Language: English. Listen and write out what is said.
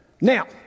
Now